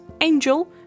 Angel